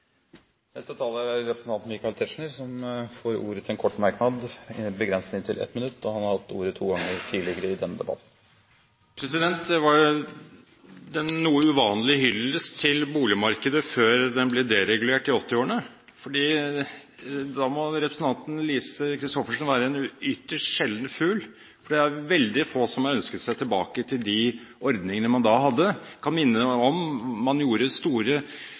Representanten Michael Tetzschner har hatt ordet to ganger tidligere i debatten og får ordet til en kort merknad, begrenset til 1 minutt. Det kom en noe uvanlig hyllest til boligmarkedet før det ble deregulert i 1980-årene. Da må representanten Lise Christoffersen være en ytterst sjelden fugl, for det er veldig få som har ønsket seg tilbake til de ordningene man da hadde. Jeg kan minne om at man da gjorde store